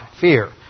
fear